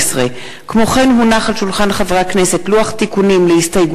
וגם הוא כמובן תקציבי ומשפיע בצורה מכרעת על